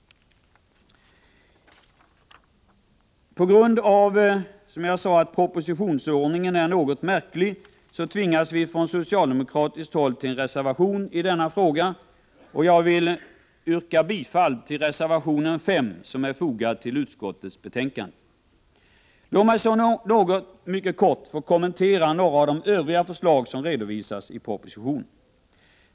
På grund av den, som jag sade, något märkliga propositionsordningen tvingas vi från socialdemokratiskt håll till en reservation i denna fråga, och jag vill yrka bifall till reservation 5 som är fogad till utskottsbetänkandet. Låt mig sedan kort kommentera några av de övriga förslag som redovisas i propositionen.